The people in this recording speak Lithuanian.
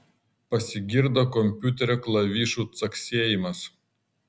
pasigirdo kompiuterio klavišų caksėjimas